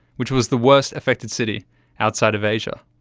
which was the worst affected city outside of asia.